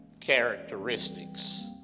characteristics